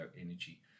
energy